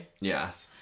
Yes